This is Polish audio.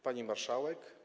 Pani Marszałek!